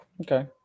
Okay